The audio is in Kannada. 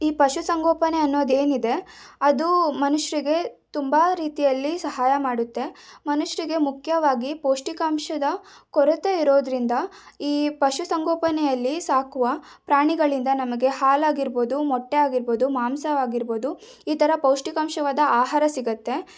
ಈ ಪಶುಸಂಗೋಪನೆ ಅನ್ನೋದೇನಿದೆ ಅದು ಮನುಷ್ಯರಿಗೆ ತುಂಬ ರೀತಿಯಲ್ಲಿ ಸಹಾಯ ಮಾಡುತ್ತೆ ಮನುಷ್ಯರಿಗೆ ಮುಖ್ಯವಾಗಿ ಪೌಷ್ಟಿಕಾಂಶದ ಕೊರತೆ ಇರೋದ್ರಿಂದ ಈ ಪಶುಸಂಗೋಪನೆಯಲ್ಲಿ ಸಾಕುವ ಪ್ರಾಣಿಗಳಿಂದ ನಮಗೆ ಹಾಲಾಗಿರ್ಬೋದು ಮೊಟ್ಟೆಯಾಗಿರ್ಬೋದು ಮಾಂಸವಾಗಿರ್ಬೋದು ಈ ಥರ ಪೌಷ್ಟಿಕಾಂಶವಾದ ಆಹಾರ ಸಿಗತ್ತೆ